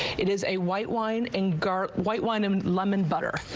it is a white wine in gar white wine and lemon butter.